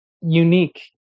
unique